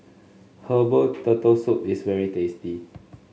Herbal Turtle Soup is very tasty